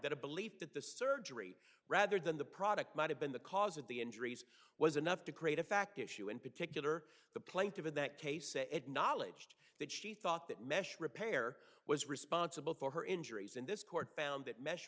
that a belief that the surgery rather than the product might have been the cause of the injuries was enough to create a fact issue in particular the plaintiff in that case say acknowledged that she thought that mesh repair was responsible for her injuries and this court found that mesh